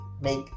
make